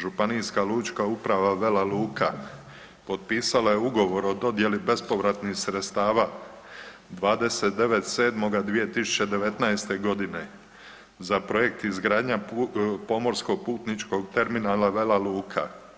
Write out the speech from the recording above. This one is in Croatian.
županijska lučka uprava Vela Luka potpisala je Ugovor o dodjeli bespovratnih sredstava 29.7.2019.g. za Projekt izgradnja pomorskog putničkog terminala Vela Luka.